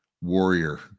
warrior